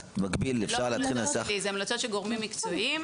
זה לא המצות שלי אלא של הגורמים המקצועיים,